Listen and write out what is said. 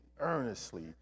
earnestly